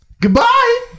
Goodbye